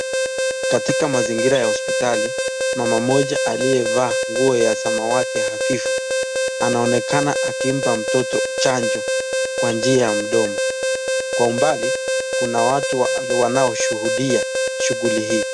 Katika mazingira ya hosiptali, mama mmoja aliyevaa nguo ya samawati hafifu, anaonekana akimpa mtoto chanjo kwa njia ya mdomo, kwa umbali kuna watu wanaoshuhudia shughuli hii.